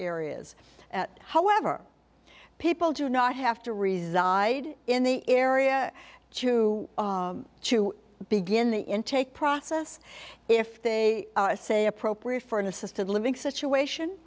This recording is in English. areas however people do not have to reside in the area to to begin the intake process if they say appropriate for an assisted living situation